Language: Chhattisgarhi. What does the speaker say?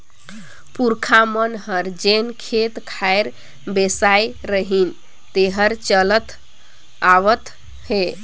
पूरखा मन हर जेन खेत खार बेसाय रिहिन तेहर चलत आवत हे